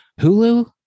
Hulu